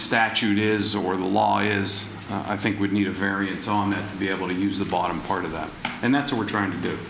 statute is or the law is i think we need a variance on that and be able to use the bottom part of that and that's what we're trying to do